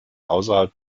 außerhalb